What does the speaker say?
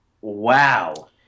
wow